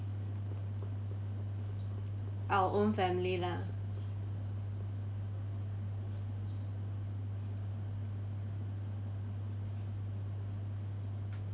our own family lah